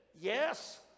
Yes